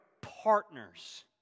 partners